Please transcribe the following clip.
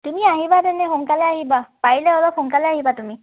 তুমি আহিবা তেনে সোনকালে আহিবা পাৰিলে অলপ সোনকালে আহিবা তুমি